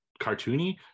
cartoony